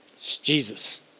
Jesus